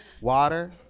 Water